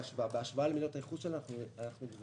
בהשוואה למדינות הייחוס שלנו אנחנו גבוהים.